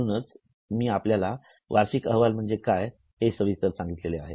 म्हणूनच मी आपल्याला वार्षिक अहवाल म्हणजे काय हे सविस्तर सांगितले आहे